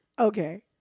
Okay